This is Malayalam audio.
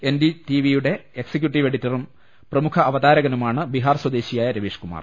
എൻഡി ടിവിയുടെ എക്സിക്യൂട്ടിവ് എഡിറ്ററും പ്രമുഖ അവതാരകനുമാണ് ബീഹാർ സ്വദേശിയായ രവീഷ് കുമാർ